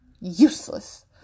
Useless